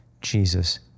Jesus